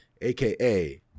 aka